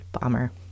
bomber